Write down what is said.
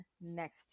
next